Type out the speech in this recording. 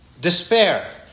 despair